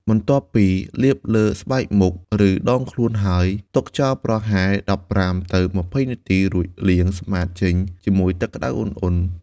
បន្ទាប់ពីលាបលើស្បែកមុខ ឬដងខ្លួនហើយ ទុកចោលប្រហែល ១៥ ទៅ ២០ នាទី រួចលាងសម្អាតចេញជាមួយទឹកក្តៅឧណ្ហៗ។